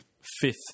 fifth